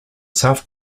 self